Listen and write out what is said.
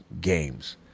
games